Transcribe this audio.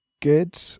good